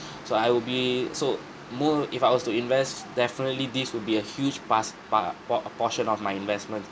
so I will be so more if I was to invest definitely this will be a huge pass pa~ po~ portion of my investment